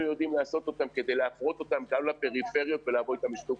אבל אם אנחנו יורדים לרזולוציות, לא ראינו אגורה.